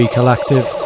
Collective